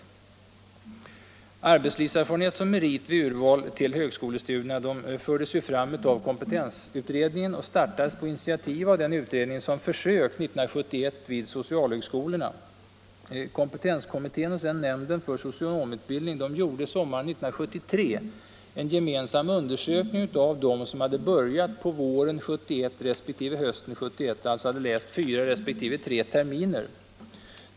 Tanken på arbetslivserfarenhet som merit vid urval till högskolestudier fördes fram av kompetensutredningen, och försök startades på initiativ av den utredningen år 1971 vid socialhögskolorna. Kompetenskommittén och nämnden för socionomutbildning gjorde sommaren 1973 en gemensam undersökning av dem som hade börjat på våren 1971 resp. hösten 1971 och alltså hade läst fyra resp. tre terminer.